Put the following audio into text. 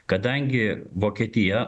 kadangi vokietija